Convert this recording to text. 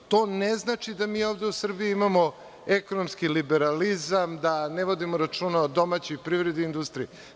To ne znači da mi ovde u Srbiji imamo ekonomski liberalizam, da ne vodimo računa o domaćoj privredi i industriji.